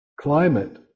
climate